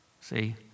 See